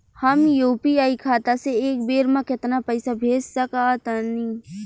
हम यू.पी.आई खाता से एक बेर म केतना पइसा भेज सकऽ तानि?